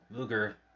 Luger